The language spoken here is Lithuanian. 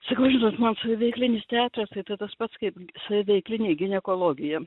sakau žinot man saviveiklinis teatras tai tai tas pats kaip saviveiklinė ginekologija